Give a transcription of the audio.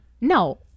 no